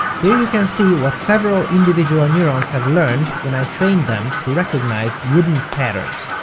here you can see what several individual neurons have learned, when i trained them to recognize wooden patterns.